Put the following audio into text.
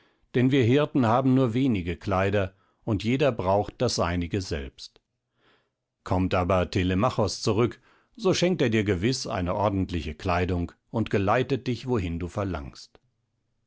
denn wir hirten haben nur wenige kleider und jeder braucht das seinige selbst kommt aber telemachos zurück so schenkt er dir gewiß eine ordentliche kleidung und geleitet dich wohin du verlangst